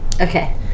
Okay